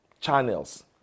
channels